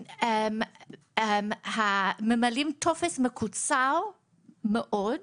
ממלאים טופס מקוצר מאוד,